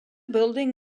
building